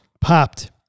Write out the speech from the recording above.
Popped